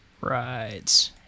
Right